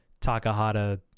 Takahata